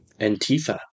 Antifa